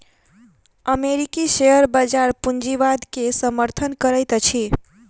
अमेरिकी शेयर बजार पूंजीवाद के समर्थन करैत अछि